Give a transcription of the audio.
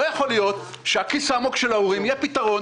לא יכול להיות שהכיס העמוק של ההורים יהיה פתרון